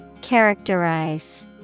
Characterize